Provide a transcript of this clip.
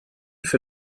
für